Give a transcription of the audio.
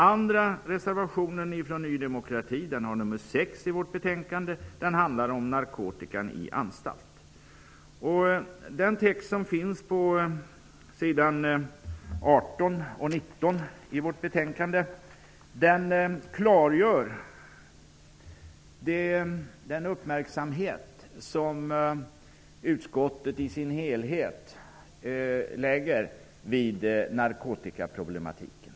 Texten på s. 18 och 19 i betänkandet klargör den uppmärksamhet som utskottet i sin helhet fäster vid narkotikaproblematiken.